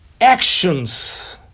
Actions